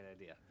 idea